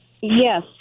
Yes